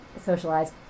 socialize